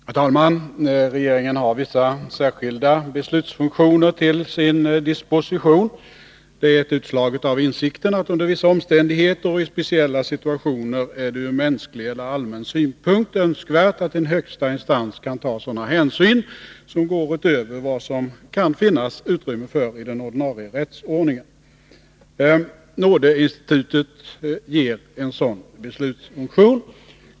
Herr talman! Regeringen har vissa särskilda beslutsfunktioner till sin disposition. Det är ett utslag av insikten att under vissa omständigheter och i speciella situationer är det ur mänsklig eller allmän synpunkt önskvärt att en högsta instans kan ta sådana hänsyn som går utöver vad som finns utrymme för i den ordinarie rättsordningen. Nådeinstitutet ger en sådan beslutsfunktion.